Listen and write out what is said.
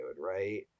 right